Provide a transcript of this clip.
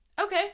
okay